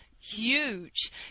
huge